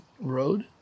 Road